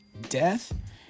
death